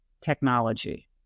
technology